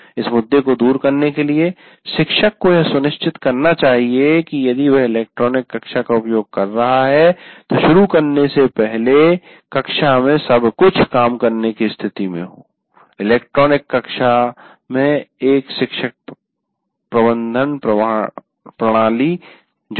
इस मुद्दे को दूर करने के लिए शिक्षक को यह सुनिश्चित करना चाहिए कि यदि वह इलेक्ट्रॉनिक कक्षा का उपयोग कर रहा है तो शुरू करने से पहले कक्षा में सब कुछ काम करने की स्थिति में हो इलेक्ट्रॉनिक कक्षा में एक शिक्षण प्रबंधन प्रणाली जोड़ें